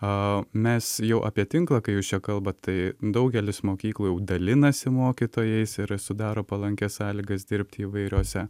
mes jau apie tinklą kai jūs čia kalbat tai daugelis mokyklų jau dalinasi mokytojais ir sudaro palankias sąlygas dirbti įvairiose